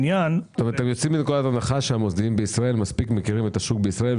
אתם יוצאים מנקודת הנחה שהמוסדיים בישראל מכירים מספיק את השוק בישראל,